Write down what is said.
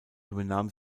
übernahm